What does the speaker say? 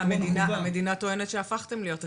המדינה טוענת שהפכתם להיות עשירים.